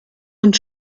und